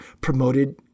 promoted